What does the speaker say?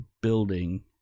building